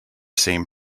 same